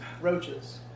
roaches